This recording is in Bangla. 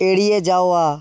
এড়িয়ে যাওয়া